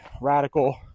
radical